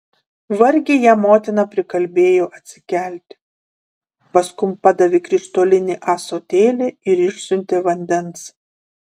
vargiai ją motina prikalbėjo atsikelti paskum padavė krištolinį ąsotėlį ir išsiuntė vandens